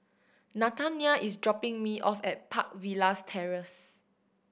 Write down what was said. Nathanial is dropping me off at Park Villas Terrace